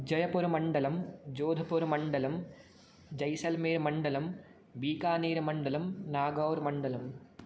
जयपुरमण्डलं जोधपुरमण्डलं जैसल्मेर् मण्डलं बीकानेर् मण्डलं नागौर् मण्डलम्